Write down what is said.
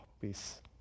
Peace